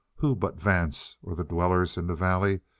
who but vance, or the dwellers in the valley,